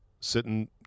sitting